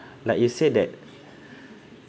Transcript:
like you said that